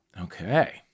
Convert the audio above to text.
Okay